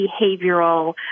behavioral